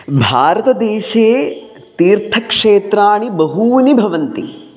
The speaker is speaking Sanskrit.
भारतदेशे तीर्थक्षेत्राणि बहूनि भवन्ति